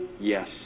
Yes